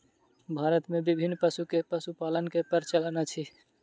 भारत मे विभिन्न पशु के पशुपालन के प्रचलन अछि